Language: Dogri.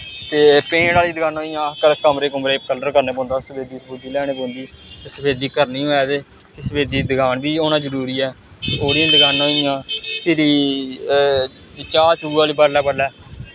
ते पेंट आह्ली दकानां होई गेइयां कमरे कुमरे गी कल्लर करना पौंदा सफेदी सफूदी लेआना पौंदी सफेदी करनी होऐ ते सफेदी दी दकान बी होना जरुरी ऐ ओह्दी दकानां होई गेइयां फिरी चाह् चूह् आह्ली बडलै बडलै